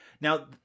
Now